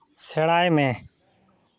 ᱥᱮᱬᱟᱭ ᱢᱮ